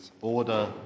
Order